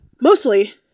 Mostly